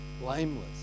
blameless